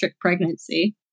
pregnancy